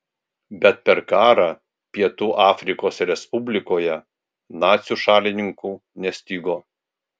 bet per karą pietų afrikos respublikoje nacių šalininkų nestigo